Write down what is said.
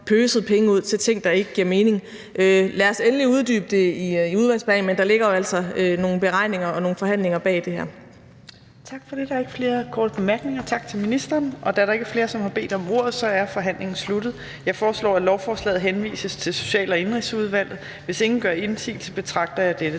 pøset penge ud til ting, der ikke giver mening. Lad os endelig uddybe det i udvalgsbehandlingen, men der ligger jo altså nogle beregninger og nogle forhandlinger bag det her.